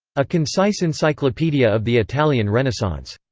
a concise encyclopaedia of the italian renaissance.